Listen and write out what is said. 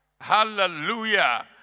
Hallelujah